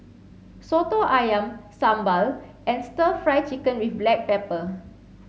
Soto Ayam Sambal and stir fry chicken with black pepper